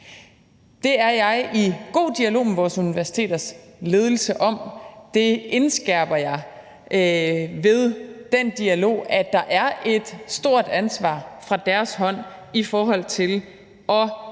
Det er jeg i god dialog med vores universiteters ledelse om. Det indskærper jeg ved den dialog, altså at der er et stort ansvar fra deres hånd i forhold til at